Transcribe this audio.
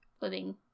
living